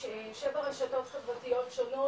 רשתות חברתיות שונות,